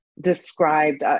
described